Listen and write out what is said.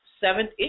seventh